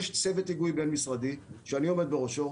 יש צוות היגוי בין-משרדי שאני עומד בראשו,